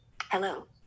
Hello